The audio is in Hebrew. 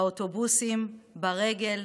באוטובוסים, ברגל,